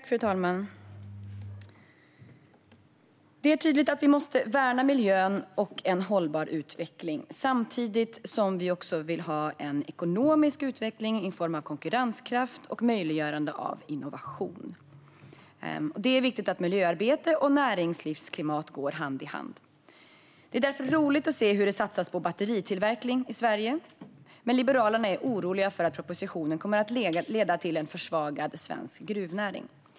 Fru talman! Det är tydligt att vi måste värna miljön och en hållbar utveckling, samtidigt som vi också vill ha en ekonomisk utveckling i form av konkurrenskraft och möjliggörande av innovation. Det är viktigt att miljöarbete och näringslivsklimat går hand i hand. Det är därför roligt att se hur det satsas på batteritillverkning i Sverige. Liberalerna är dock oroliga för att propositionen kommer att leda till en försvagad svensk gruvnäring.